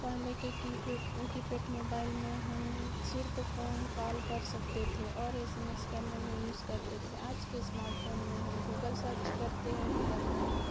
पहले के keypad mobile में हम सिर्फ फ़ोन कॉल कर सकते थे और एस म एस करने में यूज़ करते थे आज के स्मार्टफोन में हम गूगल सर्च करते हैं गूगल में हम